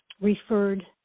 referred